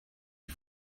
die